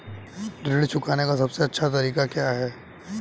ऋण चुकाने का सबसे अच्छा तरीका क्या है?